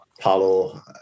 Palo